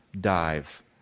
dive